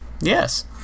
Yes